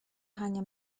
hania